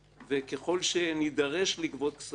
וככל שנידרש לגבות כספים,